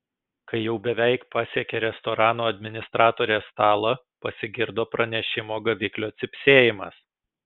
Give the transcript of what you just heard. kai jau beveik pasiekė restorano administratorės stalą pasigirdo pranešimo gaviklio cypsėjimas